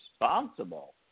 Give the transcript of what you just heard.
responsible